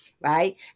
right